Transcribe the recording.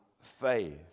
faith